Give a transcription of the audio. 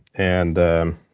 and i